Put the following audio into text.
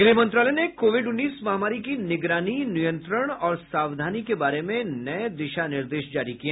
गृह मंत्रालय ने कोविड उन्नीस महामारी की निगरानी नियंत्रण और सावधानी के बारे में नये दिशा निर्देश जारी किए